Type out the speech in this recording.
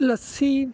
ਲੱਸੀ